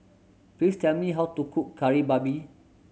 please tell me how to cook Kari Babi